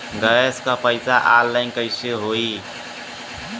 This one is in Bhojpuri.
गैस क पैसा ऑनलाइन कइसे होई?